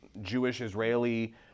Jewish-Israeli